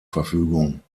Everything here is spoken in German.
verfügung